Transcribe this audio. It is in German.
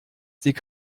sie